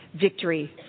victory